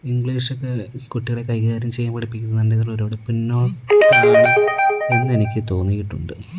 ഇംഗ്ലീഷൊക്കെ കുട്ടികളെ കൈകാര്യം ചെയ്യാൻ പഠിപ്പിക്കുന്നതിൻറ്റിതിലൊരുപാട് പിന്നോക്കമാണ് എന്നെനിക്ക് തോന്നിയിട്ടുണ്ട്